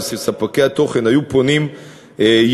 שספקי תוכן היו פונים ישירות,